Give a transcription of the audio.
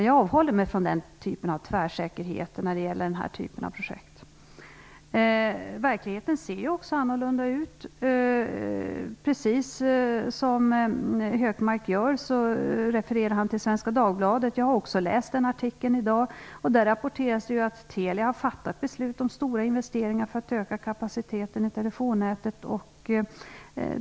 Jag avhåller mig från en sådan tvärsäkerhet när det gäller den här typen av projekt. Verkligheten ser annorlunda ut. Gunnar Hökmark refererar till Svenska Dagbladet. Jag har också läst den artikeln i dag. Där rapporteras att Telia har fattat beslut om stora investeringar för att öka kapaciteten i telefonnätet.